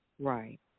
Right